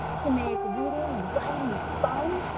to make reading and writing fun.